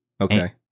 Okay